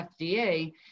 FDA